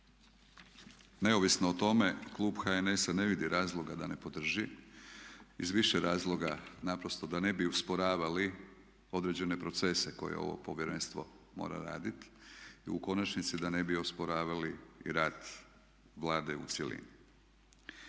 Neovisno o tome klub HNS-a ne vidi razloga da ne podrži iz više razloga, naprosto da ne bi usporavali određene procese koje ovo povjerenstvo mora raditi i u konačnici da ne bi osporavali i rad Vlade u cjelini.